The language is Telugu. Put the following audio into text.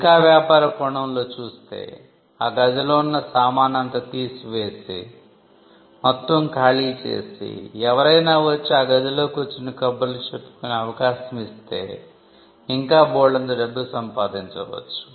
ఇంకా వ్యాపార కోణంలో చూస్తే ఆ గదిలో ఉన్న సామాను అంత తీసివేసి అంతా ఖాళీ చేసి ఎవరైనా వచ్చి ఆ గదిలో కూర్చుని కబుర్లు చెప్పుకునే అవకాశం ఇస్తే ఇంకా బోల్డంత డబ్బు సంపాదించ వచ్చు